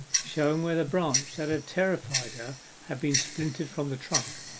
showing where the branch that had terrified her had been splintered from the trunk